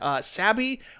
sabby